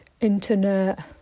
internet